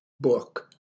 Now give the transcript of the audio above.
book